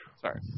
Sorry